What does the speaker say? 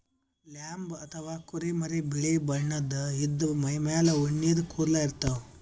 lamb ಅಥವಾ ಕುರಿಮರಿ ಬಿಳಿ ಬಣ್ಣದ್ ಇದ್ದ್ ಮೈಮೇಲ್ ಉಣ್ಣಿದ್ ಕೂದಲ ಇರ್ತವ್